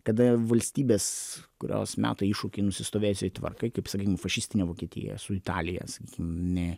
kada valstybės kurios meta iššūkį nusistovėjusiai tvarkai kaip sakykime fašistinė vokietija su italija ne